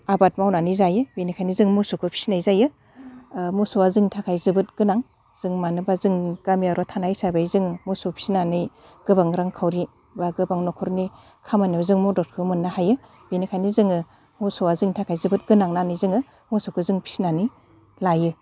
आबाद मावनानै जायो बिनिखायनो जों मोसौखौ फिसिनाय जायो मोसौआ जोंनि थाखाय जोबोद गोनां जों मानोबा जों गामियारियाव थानाय हिसाबै जों मोसौ फिसिनानै गोबां रांखावरि बा गोबां न'खरनि खामानियाव जों मदद मोननो हायो बिनिखायनो जोङो मोसौआ जोंनि थाखाय जोबोद गोनां होननानै जोङो मोसौखौ जों फिसिनानै लायो